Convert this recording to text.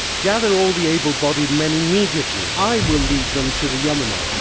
gather all the able bodied men immediately! i will lead them to the yamuna.